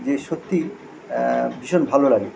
যে সত্যি ভীষণ ভালো লাগে